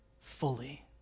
fully